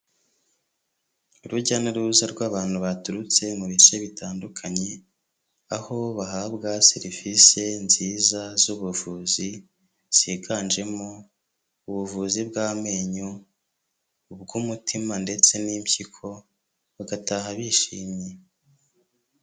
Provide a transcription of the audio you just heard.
Urujya n'uruza rw'abantu baturutse mu bice bitandukanye, aho bahabwa serivise nziza z'ubuvuzi, ziganjemo ubuvuzi bw'amenyo, ubw'umutima ndetse n'impyiko, bagataha bishimye.